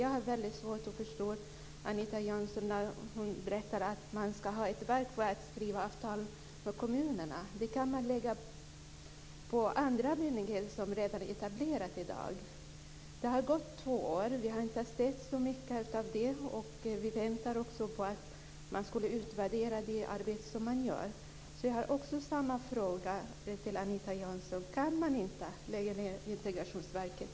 Jag har svårt att förstå det som Anita Jönsson säger om att man ska ha ett verk för att skriva avtal med kommunerna. Den uppgiften kan läggas på andra, i dag redan etablerade myndigheter. Det har gått två år, och vi har inte sett så mycket av resultat. Vi väntar på en utvärdering av det arbete som bedrivs. Jag har alltså samma fråga till Anita Jönsson: Kan man inte lägga ned Integrationsverket?